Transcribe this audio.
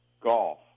Golf